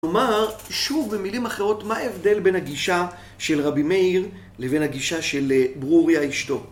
כלומר, שוב במילים אחרות, מה ההבדל בין הגישה של רבי מאיר לבין הגישה של ברוריה אשתו?